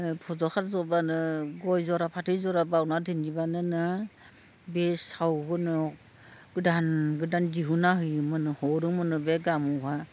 फदखा जबानो गय जरा फाथै जरा बावनानै दोनहैबानो नो बे सावहरनायाव गोदान गोदान दिहुन्ना होयोमोन हरोमोननो बे गामियावहाय